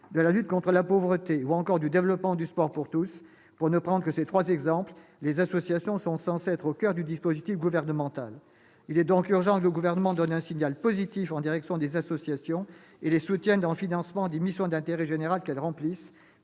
de la lutte contre la pauvreté, ou encore du développement du sport pour tous, pour ne prendre que ces trois exemples, les associations sont censées être au coeur du dispositif gouvernemental. Il est donc urgent que le Gouvernement donne un signal positif en direction des associations et les soutienne dans le financement des missions d'intérêt général qu'elles remplissent.